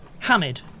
Hamid